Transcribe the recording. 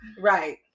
Right